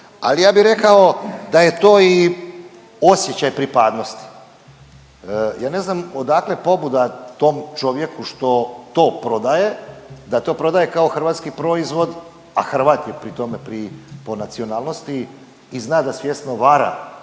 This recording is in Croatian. ali ja bi rekao da je to i osjećaj pripadnosti. Ja ne znam odakle pobuda tom čovjeku što to prodaje da to prodaje kao hrvatski proizvod, a Hrvat je pri tome po nacionalnosti i zna da svjesno vara